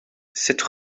cette